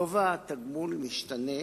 גובה התגמול משתנה